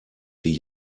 die